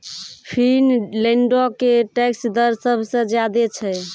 फिनलैंडो के टैक्स दर सभ से ज्यादे छै